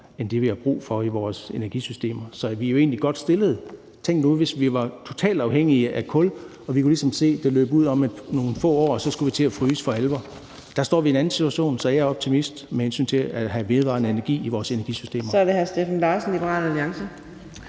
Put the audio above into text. end det, vi har brug for i vores energisystemer. Så vi er egentlig godt stillet. Tænk nu, hvis vi var totalt afhængige af kul og kunne se, at det løb ud om nogle få år. Så skulle vi til at fryse for alvor. Der står vi i en anden situation. Så jeg er optimist med hensyn til at have vedvarende energi i vores energisystemer. Kl. 23:08 Fjerde næstformand